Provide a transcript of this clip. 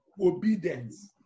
obedience